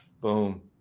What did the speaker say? Boom